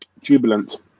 Jubilant